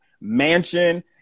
mansion